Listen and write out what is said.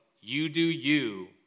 you-do-you